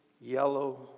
yellow